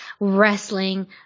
wrestling